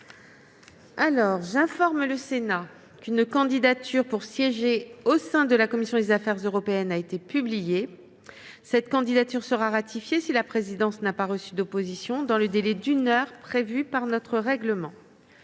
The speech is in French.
rejeté. J'informe le Sénat qu'une candidature pour siéger au sein de la commission des affaires européennes a été publiée. Cette candidature sera ratifiée si la présidence n'a pas reçu d'opposition dans le délai d'une heure prévu par notre règlement.